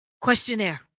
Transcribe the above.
Questionnaire